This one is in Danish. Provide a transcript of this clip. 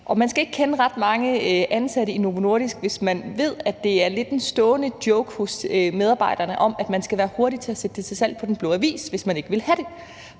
Man skal ikke kende ret mange ansatte i Novo Nordisk, før man ved, at der lidt er en stående joke hos medarbejderne om, at man skal være hurtig til at sætte gaverne til salg på Den Blå Avis, hvis man ikke vil have dem.